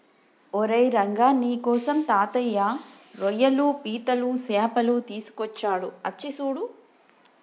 ఓరై రంగ నీకోసం తాతయ్య రోయ్యలు పీతలు సేపలు తీసుకొచ్చాడు అచ్చి సూడు